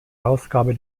ausgabe